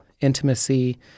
intimacy